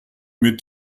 mit